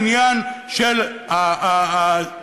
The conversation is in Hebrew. העניין של ההבדלה,